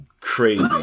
crazy